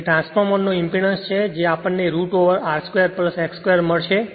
જે ટ્રાન્સફોર્મર નો ઇંપેડન્સછે જે આપણ ને root over R 2 X2 2 મળશે